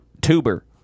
tuber